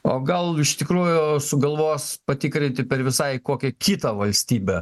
o gal iš tikrųjų sugalvos patikrinti per visai kokią kitą valstybę